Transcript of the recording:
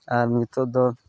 ᱟᱨ ᱱᱤᱛᱳᱜ ᱫᱚ